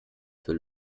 für